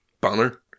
banner